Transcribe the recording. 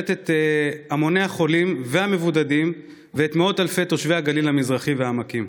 את המוני החולים והמבודדים ואת מאות אלפי תושבי הגליל המזרחי והעמקים.